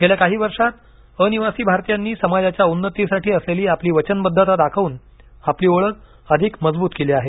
गेल्या काही वर्षांत अनिवासी भारतीयांनी समाजाच्या उन्नतीसाठी असलेली आपली वचनबद्धता दाखवून आपली ओळख अधिक मजबूत केली आहे